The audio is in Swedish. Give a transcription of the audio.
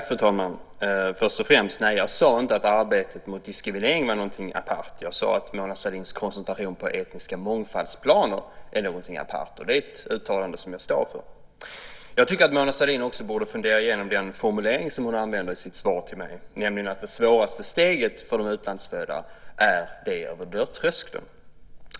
Fru talman! Först och främst vill jag säga att jag inte sade att arbetet mot diskriminering var någonting apart. Jag sade att Mona Sahlins koncentration på etniska mångfaldsplaner är någonting apart. Det uttalandet står jag för. Mona Sahlin borde också fundera igenom den formulering som hon använder i sitt svar till mig, nämligen att det svåraste steget för de utlandsfödda är det över dörrtröskeln.